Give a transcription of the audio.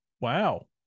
wow